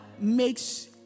makes